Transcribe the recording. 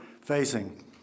facing